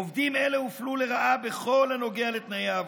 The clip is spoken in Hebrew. עובדים אלה הופלו לרעה בכל הנוגע לתנאי העבודה,